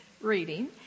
reading